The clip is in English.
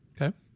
Okay